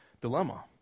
dilemma